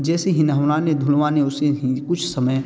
जैसे हीं नहलाने धुलवाने उसे ही कुछ समय